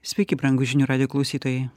sveiki brangūs žinių radijo klausytojai